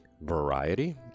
variety